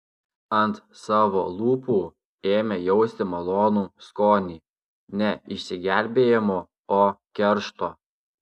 ant savo lūpų ėmė jausti malonų skonį ne išsigelbėjimo o keršto